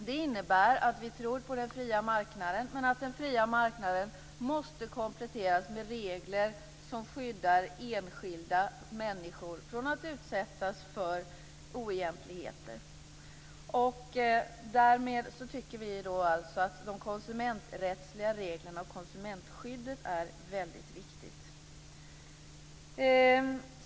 Det innebär att vi tror på den fria marknaden men att den fria marknaden måste kompletteras med regler som skyddar enskilda människor från att utsättas för oegentligheter. Därmed tycker vi att de konsumenträttsliga reglerna och konsumentskyddet är väldigt viktiga.